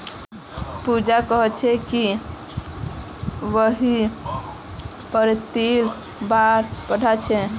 पूजा कोहछे कि वहियं प्रतिफलेर बारे पढ़ छे